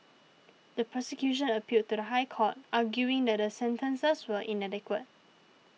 the prosecution appealed to the High Court arguing that the sentences were inadequate